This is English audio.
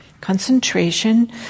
concentration